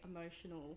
emotional